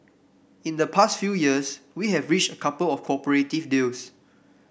in the past few years we have reached a couple of cooperative deals